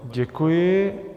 Děkuji.